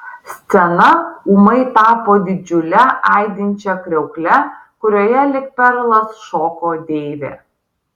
scena ūmai tapo didžiule aidinčia kriaukle kurioje lyg perlas šoko deivė